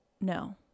No